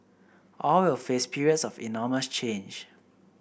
all will face periods of enormous change